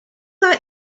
like